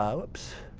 ah oops.